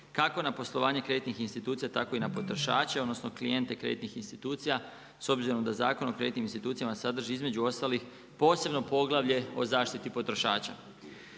kako na poslovanje kreditnih institucija tako i na potrošače, odnosno klijente kreditnih institucija s obzirom da Zakon o kreditnim institucijama sadrži između ostalih posebno poglavlje o zaštiti potrošača.